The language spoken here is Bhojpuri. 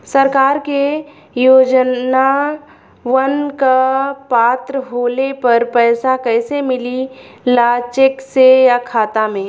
सरकार के योजनावन क पात्र होले पर पैसा कइसे मिले ला चेक से या खाता मे?